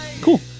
Cool